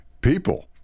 people